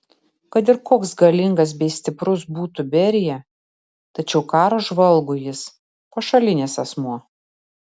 kad ir koks galingas bei stiprus būtų berija tačiau karo žvalgui jis pašalinis asmuo